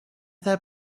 that